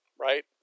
right